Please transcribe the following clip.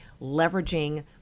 leveraging